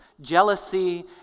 jealousy